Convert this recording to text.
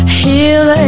heal